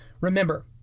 Remember